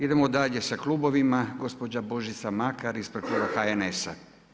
Idemo dalje sa klubovima, gospođa Božica Makar ispred Kluba HNS-a.